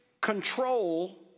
control